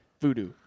voodoo